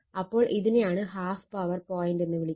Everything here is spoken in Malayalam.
അപ്പോൾ ഇതിനെയാണ് ഹാഫ് പവർ പോയിന്റ് എന്ന് വിളിക്കുന്നത്